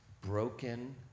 broken